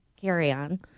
carry-on